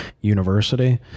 university